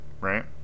right